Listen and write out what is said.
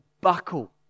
buckle